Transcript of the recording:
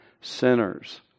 sinners